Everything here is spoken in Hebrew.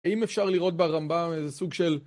האם אפשר לראות ברמב״ם איזה סוג של...